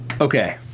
Okay